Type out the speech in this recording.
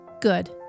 Good